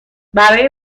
برای